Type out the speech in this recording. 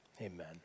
amen